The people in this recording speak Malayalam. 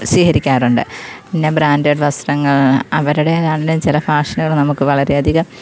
സ്വീകരിക്കാറുണ്ട് പിന്നെ ബ്രാൻ്റ് വസ്ത്രങ്ങൾ അവരുടെ തന്നെ ചില ഫാഷനുകൾ നമുക്ക് വളരെയധികം